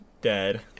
Dead